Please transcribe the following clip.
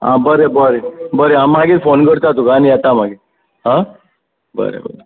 आं बरं बरं हांव मागी फोन करता तुका आनी येता मागीर आं बरें बरें